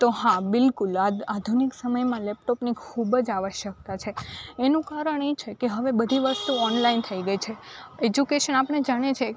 તો હા બિલકુલ આધુનિક સમયમાં લેપટોપની ખૂબ જ આવશ્યકતા છે એનું કારણ એ છે કે હવે બધે બધી વસ્તુ ઓનલાઇન થઈ ગઈ છે એજ્યુકેશન આપણે જાણીએ છીએ